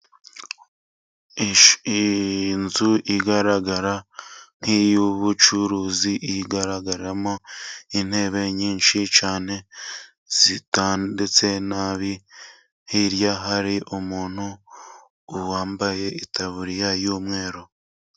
Inzu igaragara nk'iy'ubucuruzi. Igaragaramo intebe nyinshi cyane zitondetse ndetse nabi. Hirya hari umuntu wambaye itaburiya y'umweru.